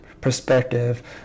perspective